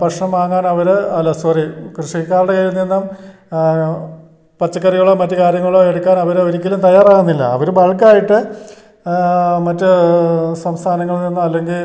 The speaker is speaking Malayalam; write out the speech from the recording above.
ഭക്ഷണം വാങ്ങാനവർ അല്ല സോറി കൃഷിക്കാരുടെ കയ്യിൽ നിന്നും പച്ചക്കറികൾ മറ്റു കാര്യങ്ങളോ എടുക്കാനവർ ഒരിക്കലും തയ്യാറാകുന്നില്ല അവർ ബൾക്കായിട്ട് മറ്റു സംസ്ഥാനങ്ങളിൽ നിന്നും അല്ലെങ്കിൽ